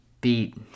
beat